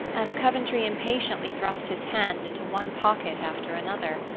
as coventry impatiently thrust his hand into one pocket after another.